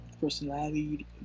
personality